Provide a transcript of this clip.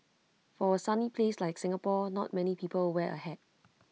for A sunny place like Singapore not many people wear A hat